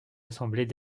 assemblées